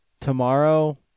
Tomorrow